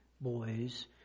boys